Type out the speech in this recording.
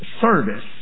service